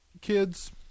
kids